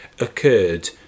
occurred